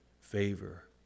favor